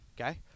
Okay